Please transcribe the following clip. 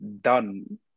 done